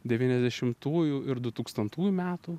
devyniasdešimtųjų ir dutūkstantųjų metų